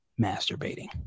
masturbating